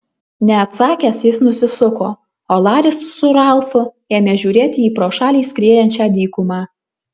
neatsakęs jis nusisuko o laris su ralfu ėmė žiūrėti į pro šalį skriejančią dykumą